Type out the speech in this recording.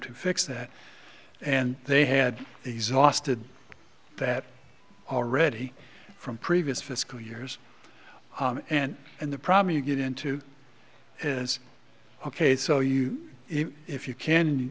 to fix that and they had exhausted that already from previous fiscal years and and the problem you get into is ok so you if you can